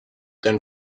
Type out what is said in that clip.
than